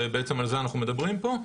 ובעצם על זה אנחנו מדברים פה.